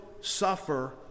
suffer